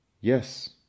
Yes